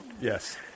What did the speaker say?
Yes